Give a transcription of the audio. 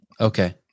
Okay